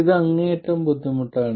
ഇത് അങ്ങേയറ്റം ബുദ്ധിമുട്ടാണ്